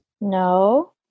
No